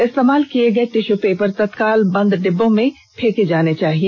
इस्तेमाल किये गये टिश्यू पेपर तत्काल बंद डिब्बों में फेंके जाने चाहिए